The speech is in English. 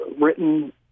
written